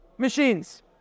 Machines